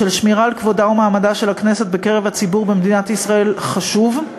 של שמירה על כבודה ומעמדה של הכנסת בקרב הציבור במדינת ישראל חשובה,